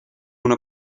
una